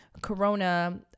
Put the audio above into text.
Corona